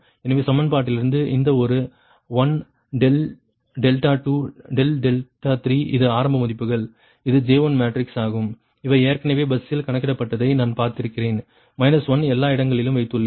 எனவே சமன்பாட்டிலிருந்து இந்த ஒரு 1 ∆2 ∆3 இது ஆரம்ப மதிப்புகள் இது J1 மேட்ரிக்ஸ் ஆகும் இவை ஏற்கனவே பஸ்ஸில் கணக்கிடப்பட்டதை நான் பார்த்திருக்கிறேன் 1 எல்லா இடங்களிலும் வைத்துள்ளேன்